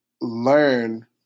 learn